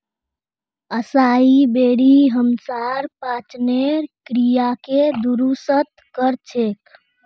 असाई berry हमसार पाचनेर क्रियाके दुरुस्त कर छेक